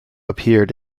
appeared